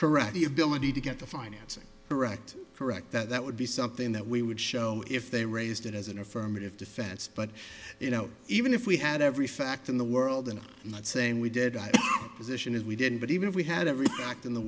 ferretti ability to get the financing correct correct that would be something that we would show if they raised it as an affirmative defense but you know even if we had every fact in the world and i'm not saying we did position is we didn't but even if we had every act in the